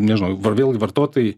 nežinau vėl vartotojai